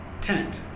tenant